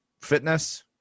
fitness